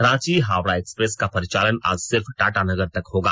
Ranchi Howrah express का परिचालन आज सिर्फ टाटानगर तक होगा